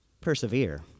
persevere